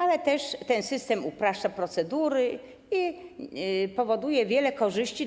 Ale ten system upraszcza też procedury i przynosi wiele korzyści